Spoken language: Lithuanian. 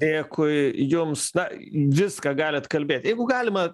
dėkui jums na viską galit kalbėt jeigu galima